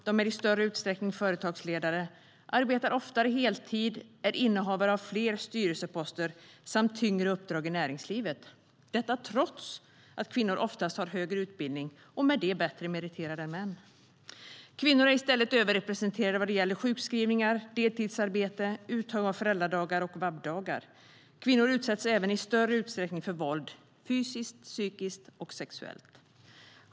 Män är i större utsträckning företagsledare, arbetar oftare heltid och är innehavare av fler styrelseposter samt tyngre uppdrag i näringslivet - detta trots att kvinnor oftast har högre utbildning och i och med det är bättre meriterade än män. Kvinnor är i stället överrepresenterade vad gäller sjukskrivningar, deltidsarbete och uttag av föräldradagar och VAB-dagar. Kvinnor utsätts även i större utsträckning för våld - fysiskt, psykiskt och sexuellt.